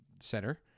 center